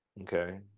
okay